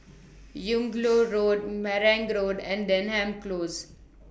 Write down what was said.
Yung Loh Road Marang Road and Denham Close